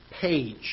page